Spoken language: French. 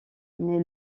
naît